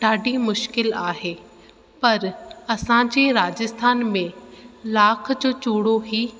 ॾाढी मुश्किलु आहे पर असां जी राजस्थान में लाख जो चूड़ो ई